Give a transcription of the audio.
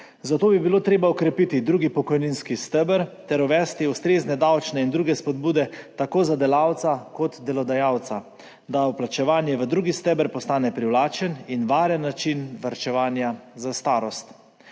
Zato bi bilo treba okrepiti drugi pokojninski steber ter uvesti ustrezne davčne in druge spodbude tako za delavca kot delodajalca, da vplačevanje v drugi steber postane privlačen in varen način varčevanja za starost.